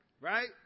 Right